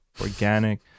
organic